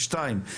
שתיים,